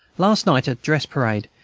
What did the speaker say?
last night, at dress-parade,